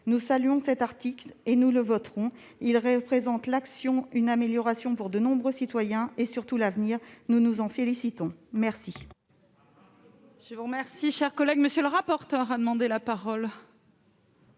Nous saluons cet article, que nous voterons. Il représente l'action, il marque une amélioration pour de nombreux citoyens et, surtout, engage l'avenir. Nous nous en félicitons. La